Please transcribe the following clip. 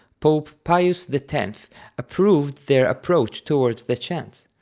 pope pius the tenth approved their approach towards the chants,